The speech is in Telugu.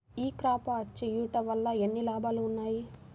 ఈ క్రాప చేయుట వల్ల ఎన్ని లాభాలు ఉన్నాయి?